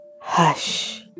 Hush